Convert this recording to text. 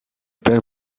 père